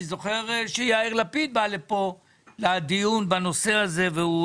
אני זוכר שיאיר לפיד בא לדיון שהתקיים כאן בנושא הזה והוא